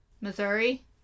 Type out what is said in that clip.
Missouri